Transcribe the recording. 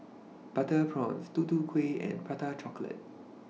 Butter Prawns Tutu Kueh and Prata Chocolate